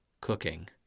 cooking